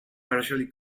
partially